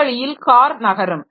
இவ்வழியில் car நகரும்